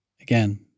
Again